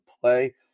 play